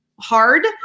hard